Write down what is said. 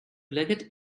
leggett